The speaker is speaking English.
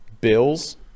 Bills